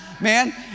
man